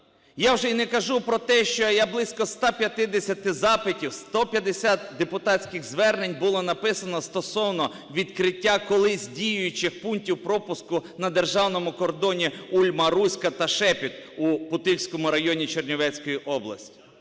Я вже і не кажу про те, що я близько 150 запитів, 150 депутатських звернень було написано стосовно відкриття колись діючих пунктів пропуску на державному кордоні "Ульма-Руська" та "Шепіт" у Путильському районі Чернівецької області.